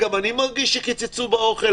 גם אני מרגיש שקיצצו באוכל.